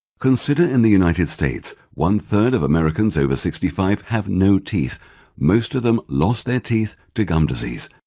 consider in the united states one third of americans over sixty five have no teeth most of them lost their teeth to gum disease.